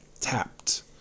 tapped